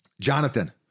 Jonathan